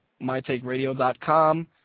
mytakeradio.com